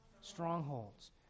Strongholds